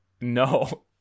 No